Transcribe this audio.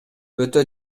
өтө